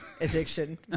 addiction